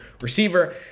receiver